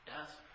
Yes